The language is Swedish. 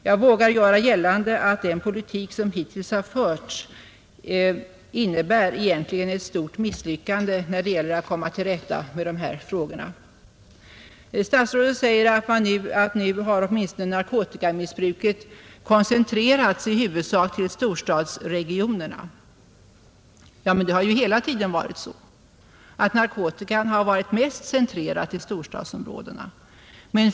Jag vågar göra gällande att den politik som hittills har förts egentligen innebär ett stort misslyckande när det gäller att komma till rätta med de här frågorna. Statsrådet säger att nu har åtminstone narkotikamissbruket koncentrerats till i huvudsak storstadsregionerna. Men det har ju hela tiden varit så att narkotikan varit mest koncentrerad till storstadsområdena.